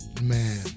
man